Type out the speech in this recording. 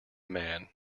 man